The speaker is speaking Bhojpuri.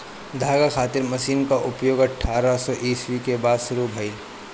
धागा खातिर मशीन क प्रयोग अठारह सौ ईस्वी के बाद शुरू भइल